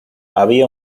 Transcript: había